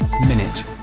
Minute